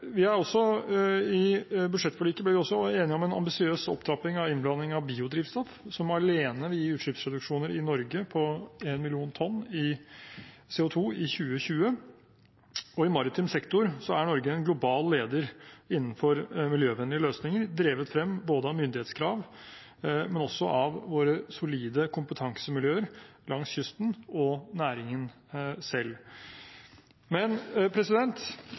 er positivt. I budsjettforliket ble vi også enige om en ambisiøs opptrapping av innblanding av biodrivstoff som alene vil gi utslippsreduksjoner i Norge på 1 million tonn CO 2 i 2020, og i maritim sektor er Norge en global leder innenfor miljøvennlige løsninger drevet frem både av myndighetskrav og av våre solide kompetansemiljøer langs kysten og næringen selv.